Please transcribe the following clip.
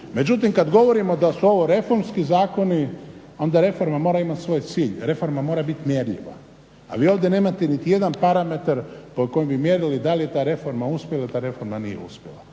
Međutim, kad govorimo da su ovo reformski zakoni onda reforma mora imati svoj cilj, reforma mora biti mjerljiva. A vi ovdje nemate nitijedan parametar po kojem bi mjerili da li je ta reforma uspjela ili ta reforma nije uspjela.